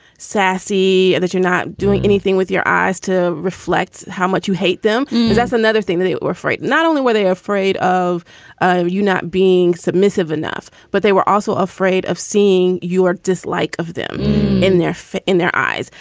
sassy, and that you're not doing anything with your eyes to reflect how much you hate them that's another thing that were afraid. not only were they afraid of ah you not being submissive enough, but they were also afraid of seeing you or dislike of them in their fear in their eyes.